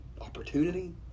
opportunity